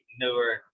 newer